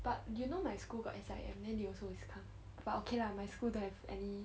but you know my school got inside and then they also always come but okay lah my school don't have any